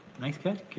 nice catch,